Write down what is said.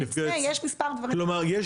כלומר,